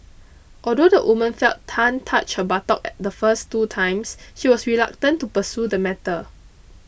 although the woman felt Tan touch her buttock the first two times she was reluctant to pursue the matter